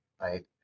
right